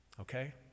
okay